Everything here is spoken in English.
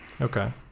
Okay